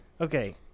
Okay